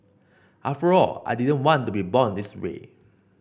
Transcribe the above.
after all I didn't want to be born this way